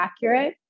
accurate